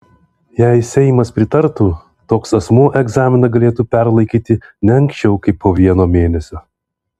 jei seimas pritartų toks asmuo egzaminą galėtų perlaikyti ne anksčiau kaip po vieno mėnesio